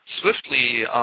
swiftly